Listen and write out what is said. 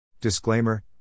Disclaimer